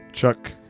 Chuck